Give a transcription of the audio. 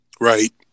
Right